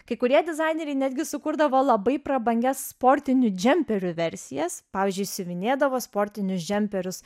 kai kurie dizaineriai netgi sukurdavo labai prabangias sportinių džemperių versijas pavyzdžiui siuvinėdavo sportinius džemperius